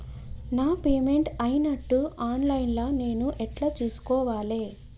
నా పేమెంట్ అయినట్టు online లా నేను ఎట్ల చూస్కోవాలే?